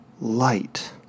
light